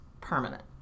permanent